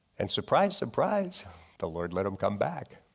and surprise surprise the lord let him come back.